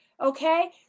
okay